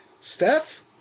Steph